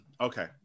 Okay